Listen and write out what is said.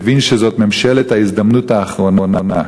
מבין שזאת ממשלת ההזדמנות האחרונה,